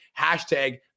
hashtag